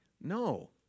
No